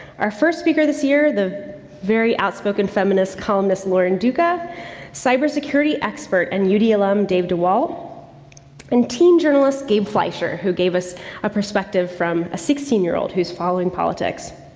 our first speaker this year, the very outspoken feminist columnist lauren duca cybersecurity expert and you know ud alum dave dewalt and teen journalist gabe fleisher who gave us a perspective from a sixteen year old who is following politics.